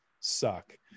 Suck